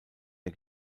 der